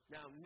Now